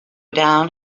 down